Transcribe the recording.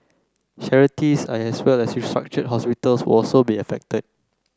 charities as well as restructured hospitals will also be affected